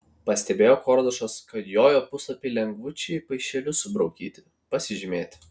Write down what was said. pastebėjo kordušas kad jojo puslapiai lengvučiai paišeliu subraukyti pasižymėti